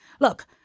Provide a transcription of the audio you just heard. look